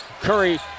Curry